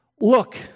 Look